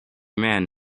man